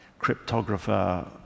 cryptographer